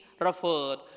referred